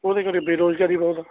ਉਹਦੇ ਕਰਕੇ ਬੇਰੁਜ਼ਗਾਰੀ ਬਹੁਤ